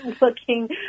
looking